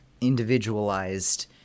individualized